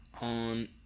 on